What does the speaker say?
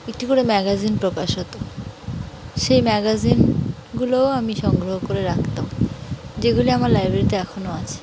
একটি করে ম্যাগাজিন প্রকাশ হতো সেই ম্যাগাজিনগুলোও আমি সংগ্রহ করে রাখতাম যেগুলি আমার লাইব্রেরিতে এখনও আছে